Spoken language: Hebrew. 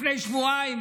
לפני שבועיים.